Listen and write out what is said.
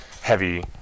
heavy